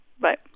Bye